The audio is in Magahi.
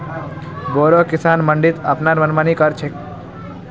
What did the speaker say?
बोरो किसान मंडीत अपनार मनमानी कर छेक